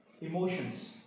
emotions